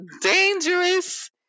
dangerous